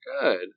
Good